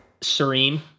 serene